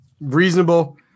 reasonable